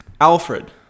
Alfred